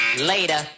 Later